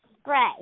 spray